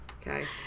Okay